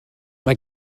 mae